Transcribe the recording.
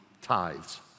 tithes